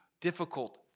difficult